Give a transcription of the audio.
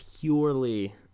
Purely